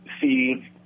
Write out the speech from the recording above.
see